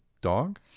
dog